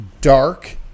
dark